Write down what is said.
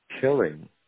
killing